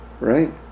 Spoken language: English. right